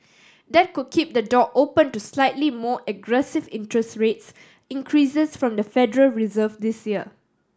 that could keep the door open to slightly more aggressive interest rates increases from the Federal Reserve this year